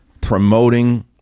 promoting